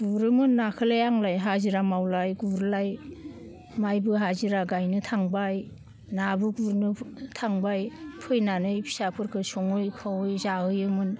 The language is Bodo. गुरोमोन नाखोलाय आंलाय हाजिरा मावलाय गुरलाय माइबो हाजिरा गायनो थांबाय नाबो गुरनो थांबाय फैनानै फिसाफोरखो सङै खावै जाहोयोमोन